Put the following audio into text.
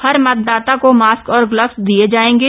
हर मतदाता को मास्क और ग्लव्य दिये जाएंगे